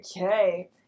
Okay